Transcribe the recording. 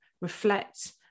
reflect